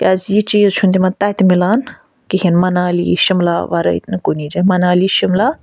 کیٛازِ یہِ چیٖز چھُنہٕ تِمَن تَتہِ مِلان کِہیٖنۍ مَنالی شِملا وَرٲے نہٕ کُنی جایہِ منالی شِملا